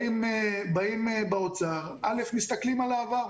באים מהאוצר ומסתכלים על העבר.